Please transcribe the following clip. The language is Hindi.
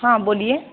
हाँ बोलिए